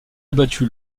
abattu